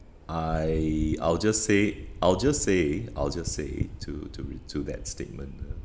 I I'll just say I'll just say I'll just say to to r~ to that statement ah